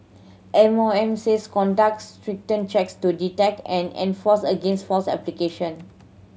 M O M said conducts stringent checks to detect and enforce against false application